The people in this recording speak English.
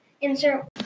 Insert